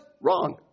wrong